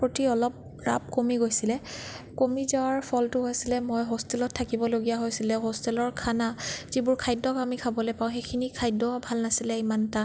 প্ৰতি অলপ ৰাপ কমি গৈছিলে কমি যোৱাৰ ফলটো হৈছিলে মই হোষ্টেলত থাকিবলগীয়া হৈছিলে হোষ্টেলৰ খানা যিবোৰ খাদ্য়ক আমি খাবলৈ পাওঁ সেইখিনি খাদ্য ভাল নাছিলে ইমান এটা